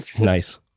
Nice